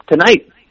tonight